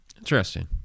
Interesting